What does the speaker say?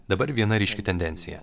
dabar viena ryški tendencija